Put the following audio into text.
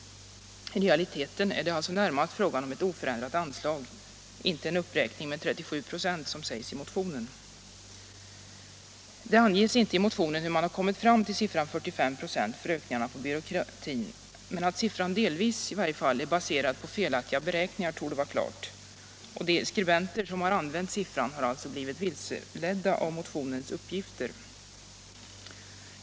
I realiteten är det alltså närmast Det anges inte i motionen hur man kommit fram till siffran 45 96 för ökningarna på byråkratin. Men att siffran i varje fall delvis är baserad på felaktiga beräkningar torde vara klart. De skribenter som använt siffran har alltså blivit vilseledda av motionens uppgifter.